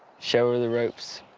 show her the ropes.